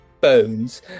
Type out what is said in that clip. Bones